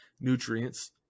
nutrients